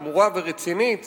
חמורה ורצינית